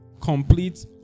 complete